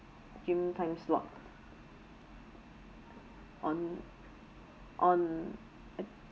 gym time slot on on I